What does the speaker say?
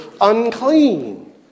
unclean